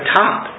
top